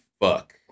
fuck